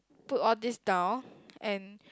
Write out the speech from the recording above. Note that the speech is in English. put all these down and